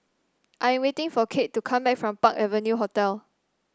I am waiting for Kade to come back from Park Avenue Hotel